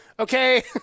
Okay